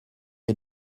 est